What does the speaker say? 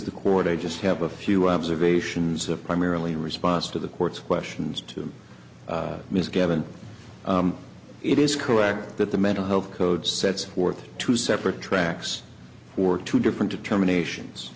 the court i just have a few observations that primarily in response to the court's questions to me is given it is correct that the mental health code sets forth two separate tracks or two different determinations